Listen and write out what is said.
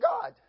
God